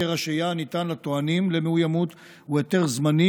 היתר השהייה הניתן לטוענים למאוימות הוא היתר זמני